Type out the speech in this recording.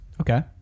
Okay